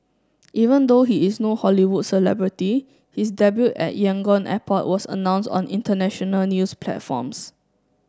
even though he is no Hollywood celebrity his debut at Yangon airport was announced on international news platforms